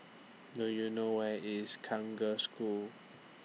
Do YOU know Where IS Girls' School